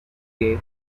que